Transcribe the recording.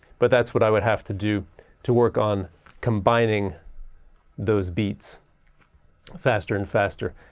but that's what i would have to do to, work on combining those beats faster and faster.